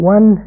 One